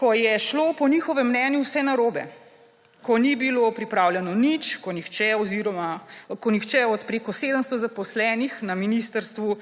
ko je šlo po njihovem mnenju vse narobe, ko ni bilo pripravljeno nič, ko nihče od preko 700 zaposlenih na ministrstvu,